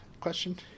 question